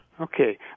okay